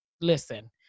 listen